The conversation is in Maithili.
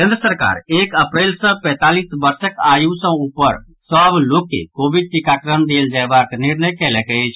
केंद्र सरकार एक अप्रैल सॅ पैंतालीस वर्षक आयु सॅ ऊपर सभ लोग के कोविड टीकाकरण देल जायबाक निर्णय कयलक अछि